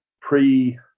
pre –